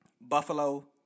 Buffalo